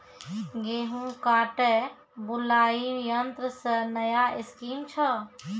गेहूँ काटे बुलाई यंत्र से नया स्कीम छ?